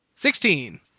Sixteen